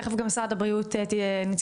תכף נציגת משרד הבריאות תתייחס,